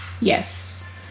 Yes